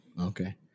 Okay